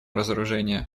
разоружения